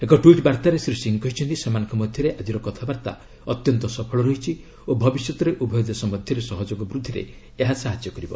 ଏକ ଟ୍ୱିଟ୍ ବାର୍ଭାରେ ଶ୍ରୀ ସିଂହ କହିଛନ୍ତି ସେମାନଙ୍କ ମଧ୍ୟରେ ଆଜିର କଥାବାର୍ତ୍ତା ଅତ୍ୟନ୍ତ ସଫଳ ରହିଛି ଓ ଭବିଷ୍ୟତରେ ଉଭୟ ଦେଶ ମଧ୍ୟରେ ସହଯୋଗ ବୂଦ୍ଧିରେ ଏହା ସାହାଯ୍ୟ କରିବ